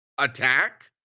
Attack